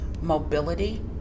mobility